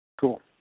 Cool